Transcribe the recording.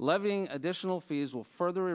levying additional fees will further